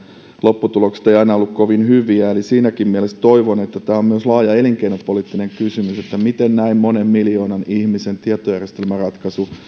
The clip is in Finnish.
lopputulokset eivät aina ole olleet kovin hyviä eli siinäkin mielessä toivon että tämä on myös laaja elinkeinopoliittinen kysymys miten näin monen miljoonan ihmisen tietojärjestelmäratkaisu